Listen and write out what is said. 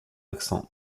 accents